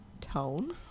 tone